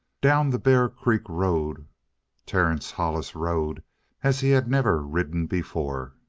down the bear creek road terence hollis rode as he had never ridden before.